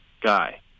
guy